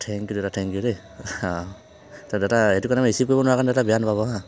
thank you দাদা thank you দে ত' দাদা এইটো কাৰণে মই ৰিচিভ কৰিব নোৱাৰা কাৰণে বেয়া নাপাব হা